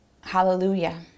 Hallelujah